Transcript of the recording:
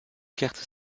carte